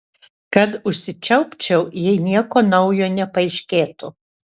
kad užsičiaupčiau jei nieko naujo nepaaiškėtų